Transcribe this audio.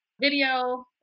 video